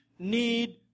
Need